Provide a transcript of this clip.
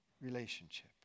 relationship